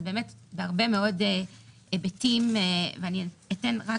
זה באמת בהרבה מאוד היבטים ואני אתן כמה,